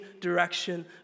direction